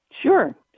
Sure